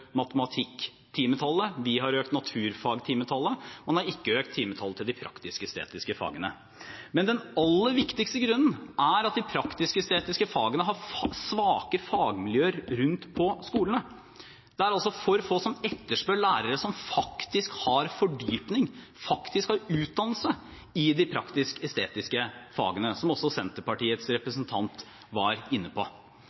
vi har økt naturfagtimetallet. Man har ikke økt timetallet til de praktisk-estetiske fagene. Den aller viktigste grunnen er at de praktisk-estetiske fagene har svake fagmiljøer rundt om på skolene. Det er altså for få som etterspør lærere som faktisk har fordypning, faktisk har utdannelse i de praktisk-estetiske fagene, som også Senterpartiets